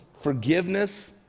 forgiveness